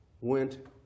went